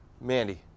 Mandy